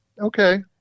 Okay